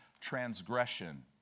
transgression